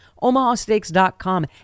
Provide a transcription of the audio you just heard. OmahaSteaks.com